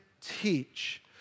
teach